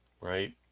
right